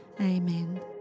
Amen